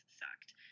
sucked